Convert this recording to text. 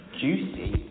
Juicy